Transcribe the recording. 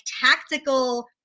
tactical